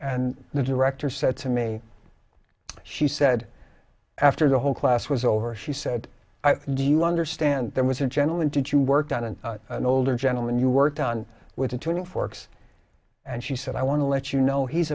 and the director said to me she said after the whole class was over she said do you understand there was a gentleman did you worked on an older gentleman you worked on with a tuning forks and she said i want to let you know he's